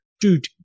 dude